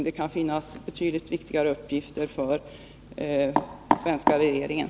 Det kan finnas betydligt viktigare uppgifter för den svenska regeringen.